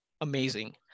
amazing